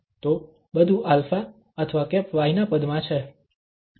તો બધું α અથવા y ના પદમાં છે